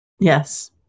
Yes